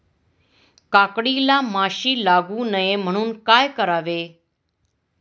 काकडीला माशी लागू नये म्हणून काय करावे?